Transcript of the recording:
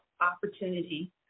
opportunity